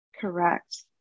correct